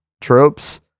tropes